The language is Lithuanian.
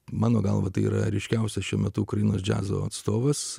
mano galva tai yra ryškiausias šiuo metu ukrainos džiazo atstovas